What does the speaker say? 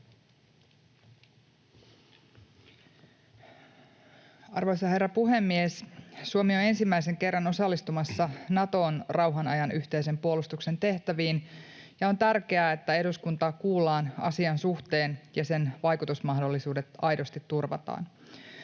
Arvoisa herra puhemies! Suomi on ensimmäisen kerran osallistumassa Naton rauhanajan yhteisen puolustuksen tehtäviin, ja on tärkeää, että eduskuntaa kuullaan asian suhteen ja sen vaikutusmahdollisuudet aidosti turvataan.